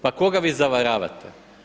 Pa koga vi zavaravate?